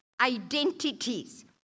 identities